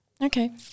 okay